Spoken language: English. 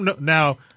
Now